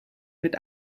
mit